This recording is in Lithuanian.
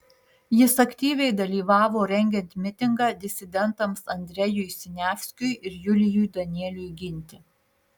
jis aktyviai dalyvavo rengiant mitingą disidentams andrejui siniavskiui ir julijui danieliui ginti